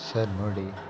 sir ನೋಡಿ